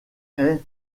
est